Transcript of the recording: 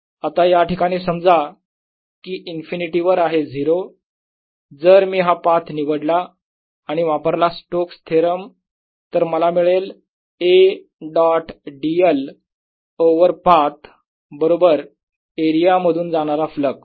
आता या ठिकाणी समजा कि इन्फिनिटी वर आहे 0 जर मी हा पाथ निवडला आणि वापरला स्टोक्स थेरम तर मला मिळेल A dot dl over path बरोबर एरिया मधून जाणारा फ्लक्स